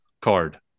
card